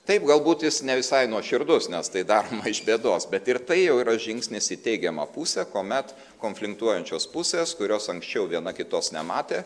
taip galbūt jis ne visai nuoširdus nes tai daroma iš bėdos bet ir tai jau yra žingsnis į teigiamą pusę kuomet konflinktuojančios pusės kurios anksčiau viena kitos nematė